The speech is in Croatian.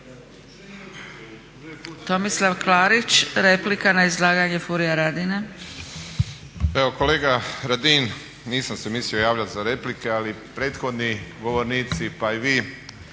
Tomislav Klarić replika na izlaganje Furia Radina. **Klarić, Tomislav (HDZ)** Evo kolega Radin, nisam se mislio javljati za replike ali prethodni govornici pa i vi